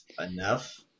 enough